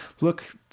look